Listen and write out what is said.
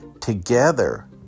together